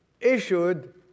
issued